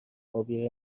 ابی